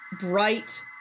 bright